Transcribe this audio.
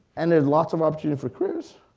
and there's lots of opportunities for careers,